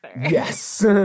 yes